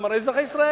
הרי הם אזרחי ישראל.